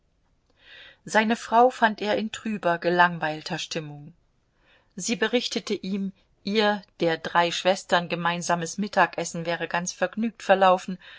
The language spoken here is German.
seine frau fand er in trüber gelangweilter stimmung sie berichtete ihm ihr der drei schwestern gemeinsames mittagessen wäre ganz vergnügt verlaufen